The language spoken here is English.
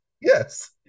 yes